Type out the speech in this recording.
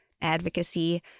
advocacy